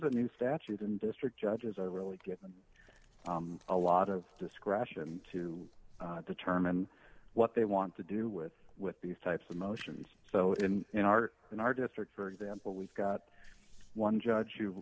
a new statute and district judges are really given a lot of discretion to determine what they want to do with with these types of motions so in in our in our district for example we've got one judge